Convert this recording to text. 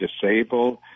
disabled